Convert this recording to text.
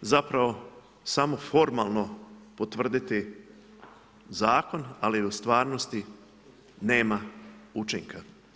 zapravo samo formalno potvrditi zakon, ali u stvarnosti, nema učinka.